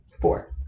Four